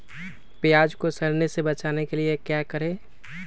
प्याज को सड़ने से बचाने के लिए क्या करें?